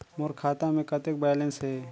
मोर खाता मे कतेक बैलेंस हे?